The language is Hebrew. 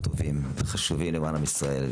דברים כל כך טובים וחשובים למען עם ישראל.